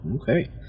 okay